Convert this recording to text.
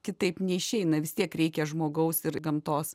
kitaip neišeina vis tiek reikia žmogaus ir gamtos